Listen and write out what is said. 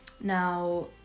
Now